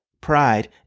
pride